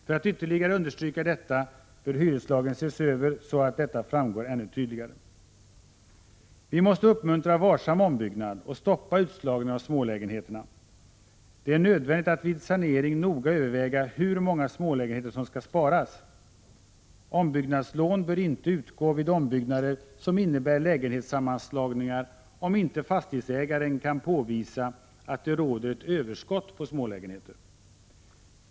För att ytterligare understryka detta bör hyreslagen ses över så att detta framgår ännu tydligare. Vi måste uppmuntra varsam ombyggnad och stoppa utslagningen av smålägenheter. Det är nödvändigt att vid sanering noga överväga hur många smålägenheter som skall sparas. Ombyggnadslån bör inte utgå vid ombyggnader som innebär lägenhetssammanslagningar, om inte fastighetsägaren kan påvisa att det råder ett överskott på smålägenheter.